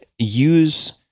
use